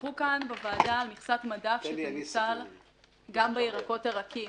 שוחחו כאן בוועדה על מכסת מדף שתנוצל גם בירקות הרכים.